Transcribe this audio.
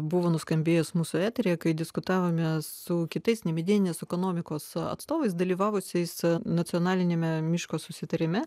buvo nuskambėjęs mūsų eteryje kai diskutavome su kitais nemedieninės ekonomikos atstovais dalyvavusiais nacionaliniame miško susitarime